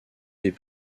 des